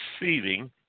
receiving